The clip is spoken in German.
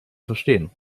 verstehen